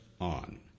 On